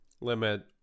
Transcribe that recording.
limit